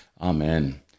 Amen